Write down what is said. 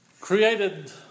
created